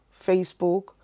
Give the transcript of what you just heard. Facebook